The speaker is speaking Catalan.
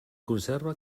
conserva